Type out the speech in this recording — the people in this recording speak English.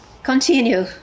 continue